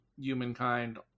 humankind